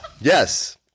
Yes